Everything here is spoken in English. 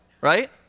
Right